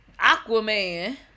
Aquaman